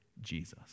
Jesus